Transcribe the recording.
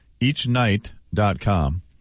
Eachnight.com